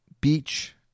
Beach